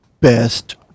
best